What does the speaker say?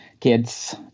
kids